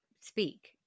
speak